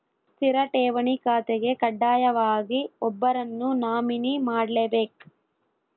ಸ್ಥಿರ ಠೇವಣಿ ಖಾತೆಗೆ ಕಡ್ಡಾಯವಾಗಿ ಒಬ್ಬರನ್ನು ನಾಮಿನಿ ಮಾಡ್ಲೆಬೇಕ್